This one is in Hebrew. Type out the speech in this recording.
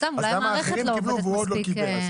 למה אחרים קיבלו והוא עוד לא קיבל?